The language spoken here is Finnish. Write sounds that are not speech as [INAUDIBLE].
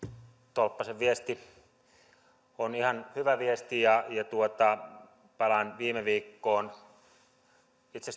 tolppasen viesti on ihan hyvä viesti ja palaan viime viikkoon itse [UNINTELLIGIBLE]